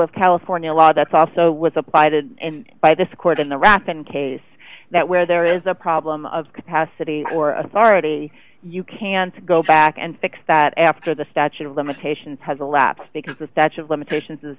of california law that's also what apply to and by this court in the wrap in case that where there is a problem of capacity or authority you can go back and fix that after the statute of limitations has elapsed because the statute of limitations